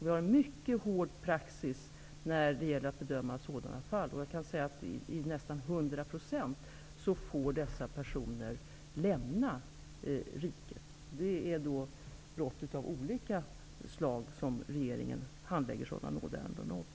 Vi har en mycket hård praxis vid bedömningen av sådana fall. I nästan samtliga fall får dessa personer lämna riket. Regeringen handlägger sådana nådeansökningar av personer som har begått brott av olika slag.